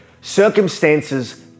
Circumstances